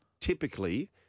typically